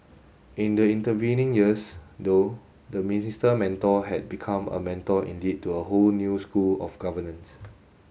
in the intervening years though the Minister Mentor had become a mentor indeed to a whole new school of governance